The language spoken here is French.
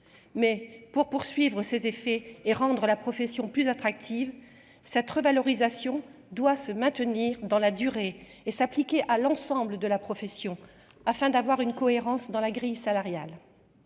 mais pour poursuivre ses effets et rendre la profession plus attractive cette revalorisation doit se maintenir dans la durée et s'appliquer à l'ensemble de la profession afin d'avoir une cohérence dans la grille salariale,